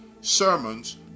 sermons